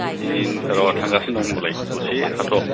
बिदि र' थांगासिनो दं होमबालाय दसे थाथ'